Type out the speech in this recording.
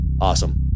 Awesome